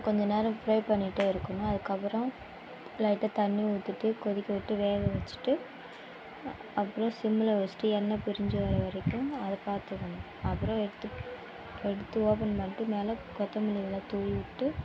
கொஞ்சம் நேரம் ஃப்ரை பண்ணிட்டே இருக்கணும் அதுக்கு அப்புறம் லைட்டாக தண்ணி ஊத்திட்டு கொதிக்கவிட்டு வேக வைச்சிட்டு அப்றம் சிம்மில் வைச்சிட்டு எண்ணெய் பிரிஞ்சு வர வரைக்கும் அதை பார்த்துக்கணும் அப்றம் எடுத்து எடுத்து ஓப்பேன் பண்ணிட்டு மேலே கொத்தமல்லி எல்லாம் தூவி விட்டு